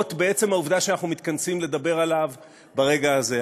מגרעות בעצם העובדה שאנחנו מתכנסים לדבר עליו ברגע הזה.